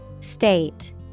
State